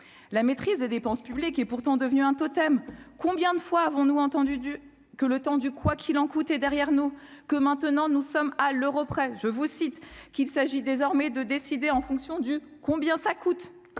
la maîtrise des dépenses publiques est pourtant devenu un totem, combien de fois avons-nous entendu que le temps du quoi qu'il en coûte, est derrière nous, que maintenant nous sommes à l'euro près, je vous cite, qu'il s'agit désormais de décider en fonction du combien ça coûte,